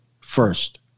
first